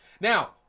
Now